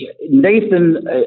Nathan